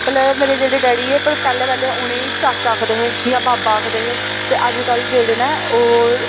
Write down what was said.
ओल्लै मेरे जेह्ड़े डैडी हे पर पैह्लें पैह्लें उ'नेंं ई चाचा आखदे हे जां बाबा आखदे हे ते अज्जकल जेह्ड़े न ओह्